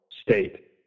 state